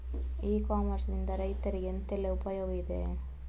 E commerce ನಿಂದ ರೈತರಿಗೆ ಎಂತೆಲ್ಲ ಉಪಯೋಗ ಇದೆ?